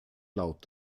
laut